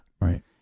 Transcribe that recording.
Right